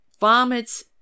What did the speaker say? vomits